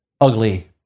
ugly